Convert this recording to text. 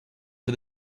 for